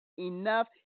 Enough